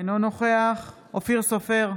אינו נוכח אופיר סופר,